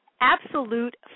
Absolute